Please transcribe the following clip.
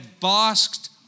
basked